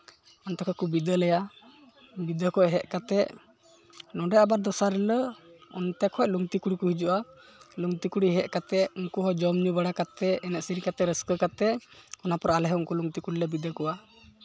ᱚᱱᱛᱮ ᱠᱷᱚᱡ ᱠᱚ ᱵᱤᱫᱟᱹᱭ ᱞᱮᱭᱟ ᱵᱤᱫᱟᱹᱭ ᱠᱷᱚᱡ ᱦᱮᱡ ᱠᱟᱛᱮᱫ ᱱᱚᱸᱰᱮ ᱟᱵᱟᱨ ᱫᱚᱥᱟᱨ ᱦᱤᱞᱳᱜ ᱚᱱᱛᱮ ᱠᱷᱚᱡ ᱞᱩᱝᱛᱤ ᱠᱩᱲᱤ ᱠᱚ ᱦᱤᱡᱩᱜᱼᱟ ᱞᱩᱝᱛᱤ ᱠᱩᱲᱤ ᱦᱮᱡ ᱠᱟᱛᱮᱫ ᱩᱱᱠᱩ ᱦᱚᱸ ᱡᱚᱢᱼᱧᱩ ᱵᱟᱲᱟ ᱠᱟᱛᱮᱫ ᱮᱱᱮᱡᱼᱥᱮᱨᱮᱧ ᱠᱟᱛᱮᱫ ᱨᱟᱹᱥᱠᱟᱹ ᱠᱟᱛᱮᱫ ᱚᱱᱟᱯᱚᱨᱮ ᱟᱞᱮᱦᱚᱸ ᱩᱱᱠᱩ ᱞᱩᱝᱛᱤ ᱠᱤᱲᱤ ᱞᱮ ᱵᱤᱫᱟᱹᱭ ᱠᱚᱣᱟ